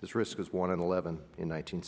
this risk is one in eleven in